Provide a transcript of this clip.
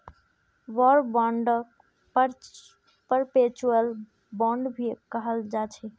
war बांडक perpetual bond भी कहाल जाछे